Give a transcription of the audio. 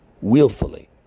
willfully